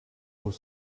aux